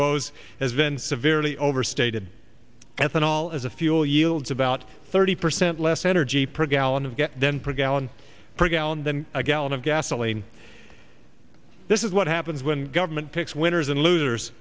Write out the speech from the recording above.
woes has been severely overstated ethanol as a fuel yields about thirty percent less energy per gallon of gas then prevail and per gallon than a gallon of gasoline this is what happens when government picks winners and losers